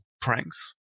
pranks